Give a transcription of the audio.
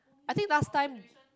I think last time